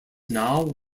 now